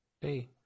Hey